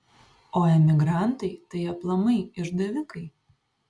o emigrantai tai aplamai išdavikai